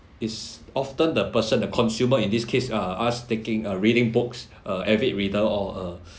it's often the person the consumer in this case uh us taking uh reading books uh avid reader or a